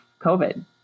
COVID